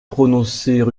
prononcer